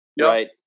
Right